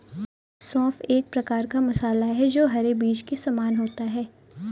सौंफ एक प्रकार का मसाला है जो हरे बीज के समान होता है